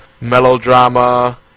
melodrama